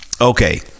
Okay